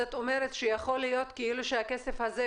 זאת אומרת שיכול להיות כאילו שהכסף הזה,